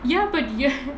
ya but you're